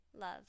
Love